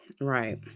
Right